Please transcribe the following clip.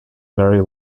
very